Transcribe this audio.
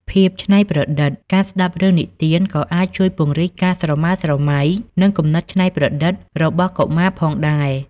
ភាពច្នៃប្រឌិត ការស្ដាប់រឿងនិទានក៏អាចជួយពង្រីកការស្រមើលស្រមៃ និងគំនិតច្នៃប្រឌិតរបស់កុមារផងដែរ។